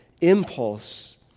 impulse